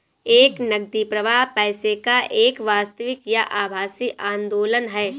एक नकदी प्रवाह पैसे का एक वास्तविक या आभासी आंदोलन है